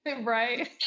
Right